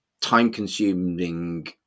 time-consuming